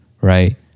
right